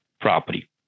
property